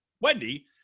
Wendy